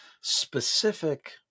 specific